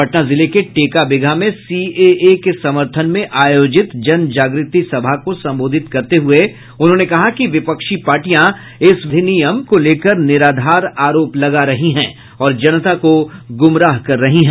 पटना जिले के टेका बिगहा में सीएए के समर्थन में आयोजित जन जागृति सभा को संबोधित करते हुये उन्होंने कहा कि विपक्षी पार्टियां इस अधिनियम को लेकर निराधार आरोप लगा रही हैं और जनता को गुमराह कर रही हैं